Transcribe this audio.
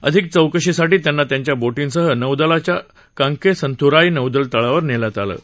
अधिक चौकशीसाठी त्यांना त्यांच्या बोधींसह नौदलाच्या कांकेसंथ्राई नौदल तळावर नेलं आहे